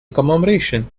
commemoration